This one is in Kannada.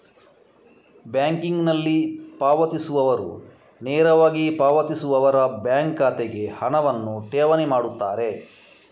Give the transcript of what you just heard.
ಬ್ಯಾಂಕಿಂಗಿನಲ್ಲಿ ಪಾವತಿಸುವವರು ನೇರವಾಗಿ ಪಾವತಿಸುವವರ ಬ್ಯಾಂಕ್ ಖಾತೆಗೆ ಹಣವನ್ನು ಠೇವಣಿ ಮಾಡುತ್ತಾರೆ